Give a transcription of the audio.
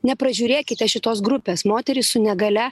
nepražiūrėkite šitos grupės moterys su negalia